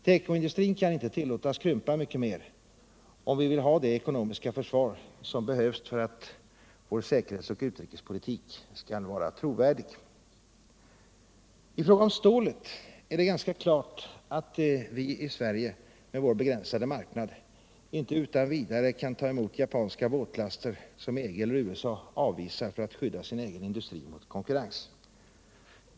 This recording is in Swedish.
Tekoindustrin kan inte tillåtas krympa mycket mer, om vi vill ha det ekonomiska försvar som behövs för att vår säkerhetsoch utrikespolitik skall vara trovärdig. I fråga om stålet är det ganska klart att vi i Sverige med vår begränsade marknad inte utan vidare kan ta emot japanska båtlaster som EG eller USA avvisar för att skydda sin egen industri mot konkurrens.